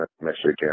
Michigan